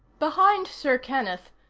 behind sir kenneth,